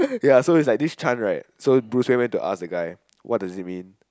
ya so like this chant right so bush went to ask the guy what does it mean